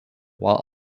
while